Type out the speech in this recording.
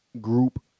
group